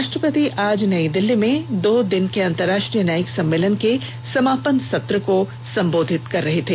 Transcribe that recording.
राष्ट्रपति आज नई दिल्ली में दो दिन के अंतर्राष्ट्रीय न्यायिक सम्मेलन के समापन सत्र को संबोधित कर रहे थे